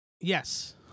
Yes